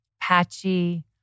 Patchy